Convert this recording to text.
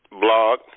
blog